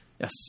Yes